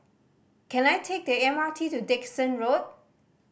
can I take the M R T to Dickson Road